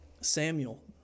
Samuel